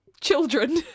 children